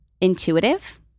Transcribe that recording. Intuitive